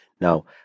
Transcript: Now